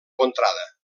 contrada